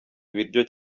ibiryo